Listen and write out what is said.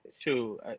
True